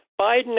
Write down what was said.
Biden